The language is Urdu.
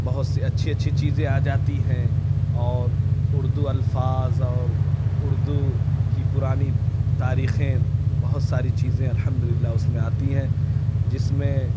بہت سی اچھی اچھی چیزیں آ جاتی ہیں اور اردو الفاظ اور اردو کی پرانی تاریخیں بہت ساری چیزیں الحمد للہ اس میں آتی ہیں جس میں